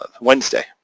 Wednesday